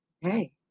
hey